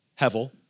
Hevel